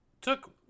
took